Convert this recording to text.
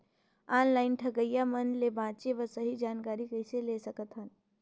Online ठगईया मन ले बांचें बर सही जानकारी कइसे ले सकत हन?